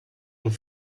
und